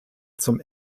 zum